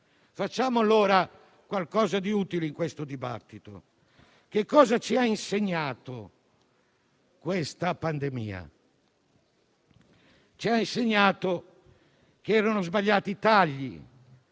Facciamo allora qualcosa di utile in questo dibattito. Che cosa ci ha insegnato questa pandemia? Ci ha insegnato che erano sbagliati i tagli,